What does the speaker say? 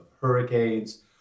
hurricanes